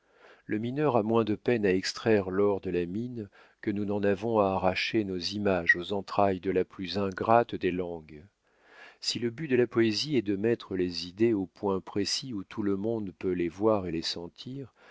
le mineur a moins de peine à extraire l'or de la mine que nous n'en avons à arracher nos images aux entrailles de la plus ingrate des langues si le but de la poésie est de mettre les idées au point précis où tout le monde peut les voir et les sentir